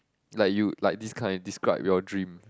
like you like this kind describe your dream